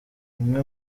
bimwe